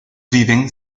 viven